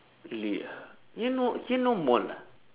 really ah here no here no mall ah